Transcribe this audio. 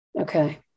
Okay